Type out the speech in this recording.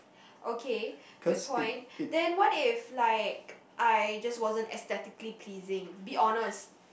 okay good point then what if like I just wasn't aesthetically pleasing be honest